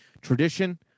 tradition